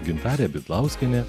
gintarė bidlauskienė